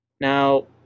Now